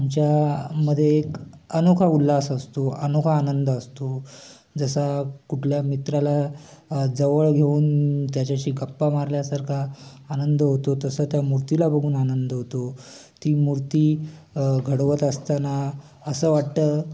आमच्यामध्ये एक अनोखा उल्हास असतो अनोखा आनंद असतो जसा कुठल्या मित्राला जवळ घेऊन त्याच्याशी गप्पा मारल्यासारखा आनंद होतो तसा त्या मूर्तीला बघून आनंद होतो ती मूर्ती घडवत असताना असं वाटतं